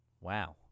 Wow